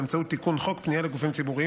באמצעות תיקון חוק פנייה לגופים ציבוריים